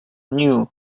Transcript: new